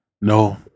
No